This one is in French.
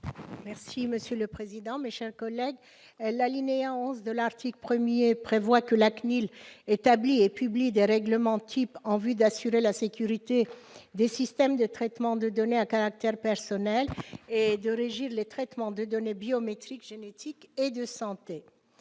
parole est à Mme Esther Benbassa. L'alinéa 11 de l'article 1prévoit que la CNIL établisse et publie des règlements types en vue d'assurer la sécurité des systèmes de traitement de données à caractère personnel, et de régir les traitements de données biométriques, génétiques et de santé.